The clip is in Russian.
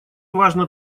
важно